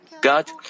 God